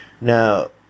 Now